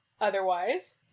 otherwise